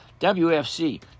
WFC